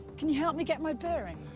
can you help me get my bearings?